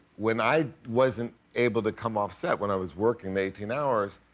when i wasn't able to come off set, when i was working the eighteen hours,